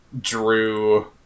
drew